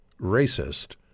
racist